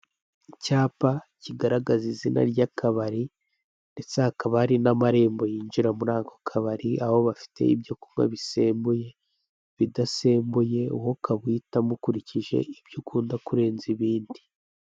Icyapa kigaragaza izina ry'akabari, ndetse hakaba hari n'amarembo yinjira muri ako kabari; aho bafite ibyo kunywa bisembuye, ibidasembuye, wowe ukaba uhitamo ukurikije ibyo ukunda kurenza ibindi.